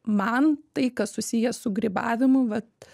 man tai kas susiję su grybavimu vat